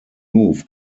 move